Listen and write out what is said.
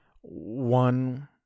one